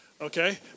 okay